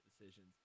decisions